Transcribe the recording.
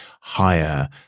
higher